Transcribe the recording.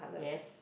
yes